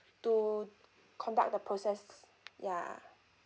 to conduct the process yeah